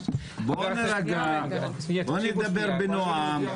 בואו נדבר בנועם,